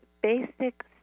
basic